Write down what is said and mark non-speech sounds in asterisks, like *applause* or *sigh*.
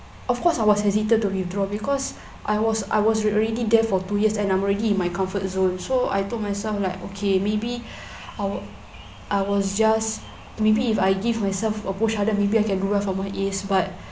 of course I was hesitant to withdraw because I was I was already there for two years and I'm already in my comfort zone so I told myself like okay maybe *breath* I was I was just maybe if I give myself a push harder maybe I can do well for my As but